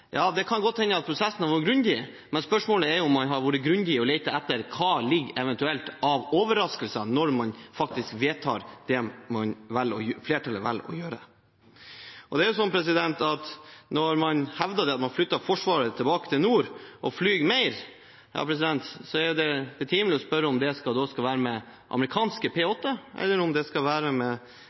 Ja, det kan godt hende at prosessen har vært grundig, men spørsmålet er om man har vært grundig med hensyn til å lete etter hva det er som eventuelt ligger der av overraskelser, når man faktisk vedtar det flertallet velger å gjøre. Og når man hevder at man har flyttet Forsvaret tilbake til nord og flyr mer, er det betimelig å spørre om det da skal være med amerikanske P-8, eller om det skal være med